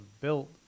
built